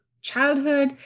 childhood